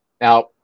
now